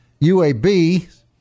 UAB